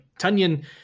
Tunyon